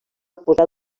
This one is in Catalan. posar